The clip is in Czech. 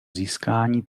získání